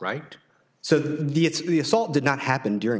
right so the it's the assault did not happen during